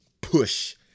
push